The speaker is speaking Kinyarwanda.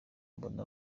mbone